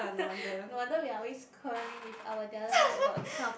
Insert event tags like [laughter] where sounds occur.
[noise] no wonder we are always quarreling with our the other half about this kind of